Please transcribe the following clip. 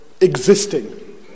existing